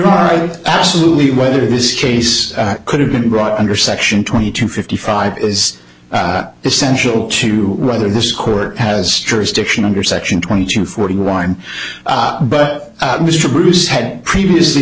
it absolutely whether this case could have been brought under section twenty two fifty five is essential to rather this court has jurisdiction under section twenty two forty one but mr bruce had previously